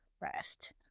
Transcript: rest